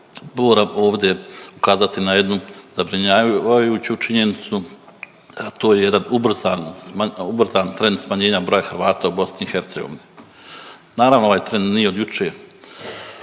moram ovdje kazati na jednu zabrinjavajuću činjenicu, a to je jedan ubrzan trend smanjenja broja Hrvata u BiH. Naravno, ovaj trend nije od jučer.